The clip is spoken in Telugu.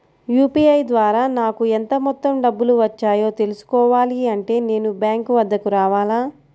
యూ.పీ.ఐ ద్వారా నాకు ఎంత మొత్తం డబ్బులు వచ్చాయో తెలుసుకోవాలి అంటే నేను బ్యాంక్ వద్దకు రావాలా?